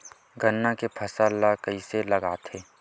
गन्ना के फसल ल कइसे लगाथे?